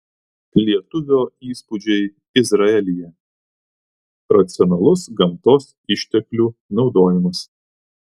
lietuvio įspūdžiai izraelyje racionalus gamtos išteklių naudojimas